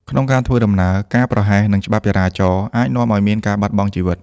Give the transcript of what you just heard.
ក្នុងការធ្វើដំណើរ ការប្រហែសនឹងច្បាប់ចរាចរណ៍អាចនាំឱ្យមានការបាត់បង់ជីវិត។